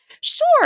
Sure